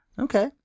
Okay